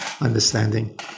understanding